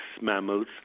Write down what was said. mammals